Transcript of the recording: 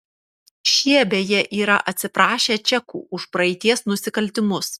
šie beje yra atsiprašę čekų už praeities nusikaltimus